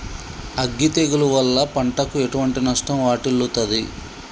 అగ్గి తెగులు వల్ల పంటకు ఎటువంటి నష్టం వాటిల్లుతది?